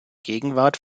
gegenwart